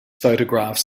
photographs